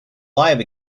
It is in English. live